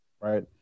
right